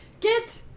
get